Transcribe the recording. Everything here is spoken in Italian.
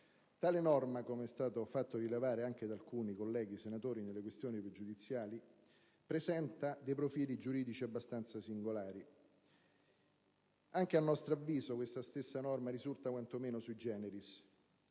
Tale norma, come è stato fatto rilevare anche da alcuni colleghi senatori nelle questioni pregiudiziali, presenta dei profili giuridici abbastanza singolari. Anche a nostro avviso, essa risulta, infatti, quanto meno *sui generis*.